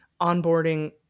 onboarding